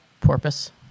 porpoise